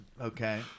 okay